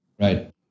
right